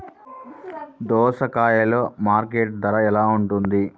దోసకాయలు మార్కెట్ ధర ఎలా ఉంటుంది?